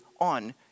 on